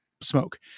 smoke